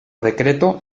decreto